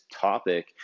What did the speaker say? topic